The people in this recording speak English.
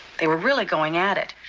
they were really going at it.